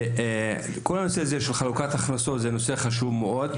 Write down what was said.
וכל הנושא הזה של חלוקת הכנסות זה נושא חשוב מאוד,